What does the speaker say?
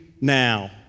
now